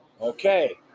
Okay